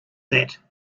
that